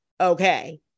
Okay